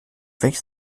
welches